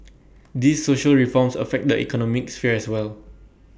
these social reforms affect the economic sphere as well